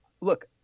look